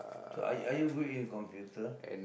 so are are you good in computer